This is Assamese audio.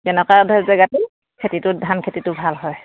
তেনেকুৱা ধৰক জেগাটো খেতিটোত ধান খেতিটো ভাল হয়